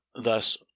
thus